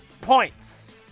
points